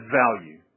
value